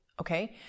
Okay